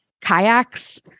kayaks